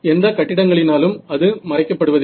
எந்த கட்டிடங்களினாலும் அது மறக்கப்படுவதில்லை